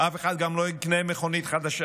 ואף אחד גם לא יקנה מכונית חדשה,